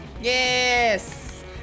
Yes